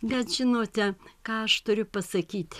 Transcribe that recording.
bet žinote ką aš turiu pasakyt